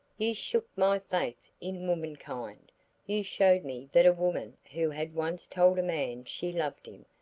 you shook my faith in womankind you showed me that a woman who had once told a man she loved him,